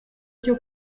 cyo